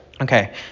Okay